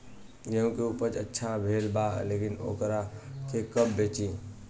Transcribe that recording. गेहूं के उपज अच्छा भेल बा लेकिन वोकरा के कब बेची?